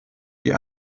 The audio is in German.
die